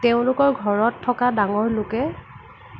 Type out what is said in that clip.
তেওঁলোকৰ ঘৰত থকা ডাঙৰ লোকে